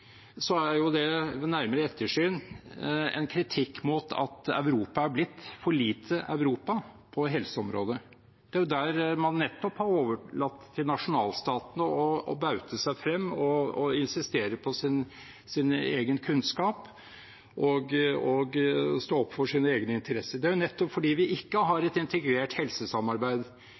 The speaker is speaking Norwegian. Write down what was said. at Europa er blitt for lite Europa på helseområdet. Det er der man nettopp har overlatt til nasjonalstatene å baute seg frem og insistere på sin egen kunnskap og stå opp for sine egne interesser. Det er nettopp fordi vi ikke har et integrert helsesamarbeid